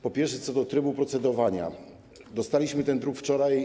Po pierwsze, co do trybu procedowania - dostaliśmy ten druk wczoraj.